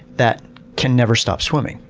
that can never stop swimming.